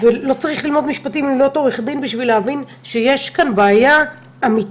לא צריך ללמוד משפטים או להיות עורך בשבחך להבין שיש כאן בעיה אמיתית.